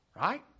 Right